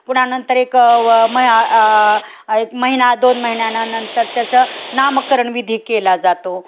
पुन्हा नंतर एक व म एक महिना दोन महिन्यानंतर त्याचं नामकरण विधी केला जातो